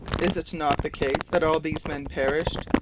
is it not the case that all these men perished,